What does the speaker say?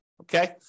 okay